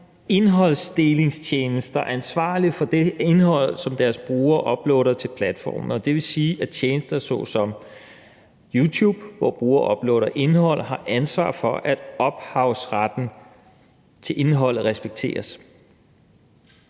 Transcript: onlineindholdsdelingstjenester ansvarlige for det indhold, som deres brugere uploader til platformen. Det vil sige, at tjenester såsom YouTube, hvor brugere uploader indhold, har ansvar for, at ophavsretten til indholdet respekteres.